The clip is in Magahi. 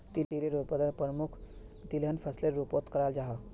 तिलेर उत्पादन प्रमुख तिलहन फसलेर रूपोत कराल जाहा